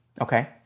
Okay